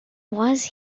was